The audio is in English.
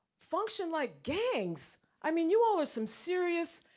function like gangs. i mean you all are some serious,